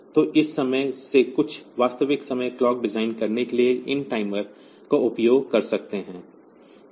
तो इस तरह से हम कुछ वास्तविक समय क्लॉक डिजाइन करने के लिए इन टाइमर का उपयोग कर सकते हैं